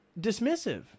dismissive